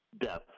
depth